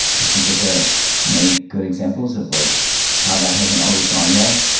i think that there many good examples of like how that hasn't always gone well.